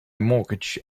mortgage